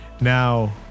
Now